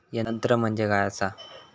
तंत्र म्हणजे काय असा?